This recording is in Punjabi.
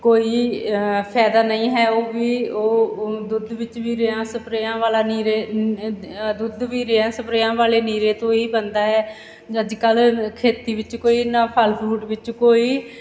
ਕੋਈ ਫਾਇਦਾ ਨਹੀਂ ਹੈ ਉਹ ਵੀ ਉਹ ਉਹ ਦੁੱਧ ਵਿੱਚ ਵੀ ਰੇਹਾਂ ਸਪਰੇਹਾਂ ਵਾਲਾ ਨਹੀਂ ਰੇ ਦੁੱਧ ਵੀ ਰੇਹਾਂ ਸਪਰੇਹਾਂ ਵਾਲੇ ਨੀਰੇ ਤੋਂ ਹੀ ਬਣਦਾ ਹੈ ਅੱਜ ਕੱਲ੍ਹ ਖੇਤੀ ਵਿੱਚ ਕੋਈ ਇਨਾ ਫਲ ਫਰੂਟ ਵਿੱਚ ਕੋਈ